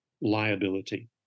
liability